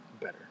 better